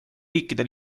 riikide